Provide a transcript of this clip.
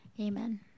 Amen